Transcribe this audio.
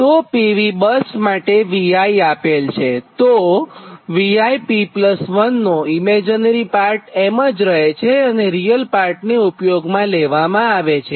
તો PV bus માટે Vi આપેલ છે તો Vi P1 નો ઇમેજીનરી પાર્ટ એમ જ રહે છે અને રીયલ પાર્ટને ઉપયોગમાં લેવામાં આવે છે